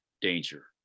danger